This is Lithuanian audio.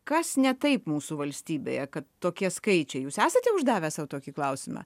kas ne taip mūsų valstybėje kad tokie skaičiai jūs esate uždavęs sau tokį klausimą